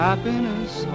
Happiness